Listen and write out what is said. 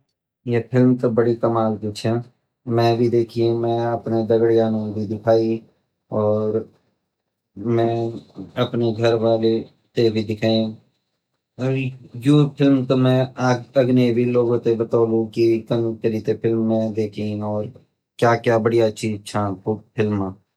या फिल्म ता बड़ी कमाल की छ्या मैन देखि अर मैनअपरा दगड़्या ते भी दिखाई और मैन अपरी घर वाली ते भी दिखाई अर यू फिल्म ता मैं अगने लोगो ते भी बातोलू की कन करि ते मैन फिल्म देखि अर क्या-क्या बढ़िया चीज़ छे फिल्म मा।